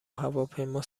هواپیما